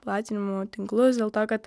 platinimo tinklus dėl to kad